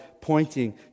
pointing